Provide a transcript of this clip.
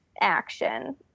action